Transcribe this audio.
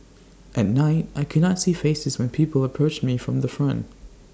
at night I could not see faces when people approached me from the front